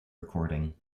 recording